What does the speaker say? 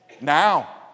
now